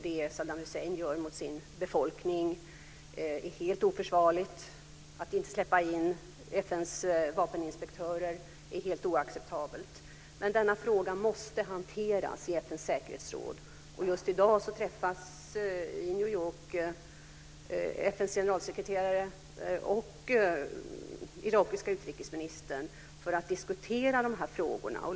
Det Saddam Hussein gör mot sin befolkning är helt oförsvarligt. Att inte släppa in FN:s vapeninspektörer är helt oacceptabelt. Men denna fråga måste hanteras i FN:s säkerhetsråd. Just i dag träffas i New York FN:s generalsekreterare och irakiska utrikesministern för att diskutera de här frågorna.